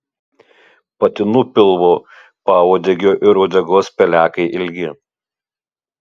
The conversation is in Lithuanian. patinų pilvo pauodegio ir uodegos pelekai ilgi